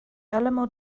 alamo